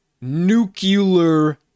nuclear